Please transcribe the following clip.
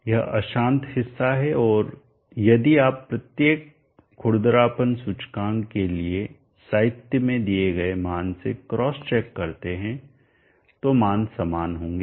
यह अशांत हिस्सा है और यदि आप प्रत्येक खुरदरापन सूचकांक के लिए साहित्य में दिए गए मान से क्रॉस चेक करते हैं तो मान समान होंगे